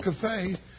Cafe